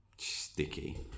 sticky